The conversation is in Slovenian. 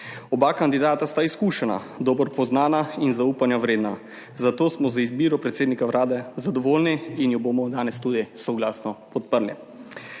Oba kandidata sta izkušena, dobro poznana in zaupanja vredna, zato smo z izbiro predsednika Vlade zadovoljni in jo bomo danes tudi soglasno podprli.